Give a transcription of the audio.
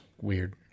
weird